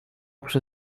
przy